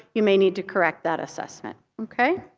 you may need to correct that assessment. okay.